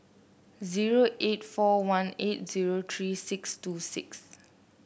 zero eight four one eight zero three six two six